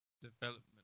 development